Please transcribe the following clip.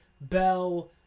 Bell